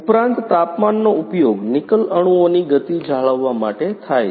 ઉપરાંત તાપમાનનો ઉપયોગ નિકલ અણુઓની ગતિ જાળવવા માટે થાય છે